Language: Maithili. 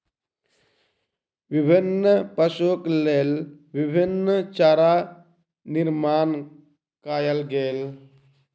विभिन्न पशुक लेल विभिन्न चारा निर्माण कयल गेल